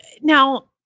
now